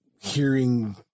hearing